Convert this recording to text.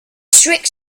strict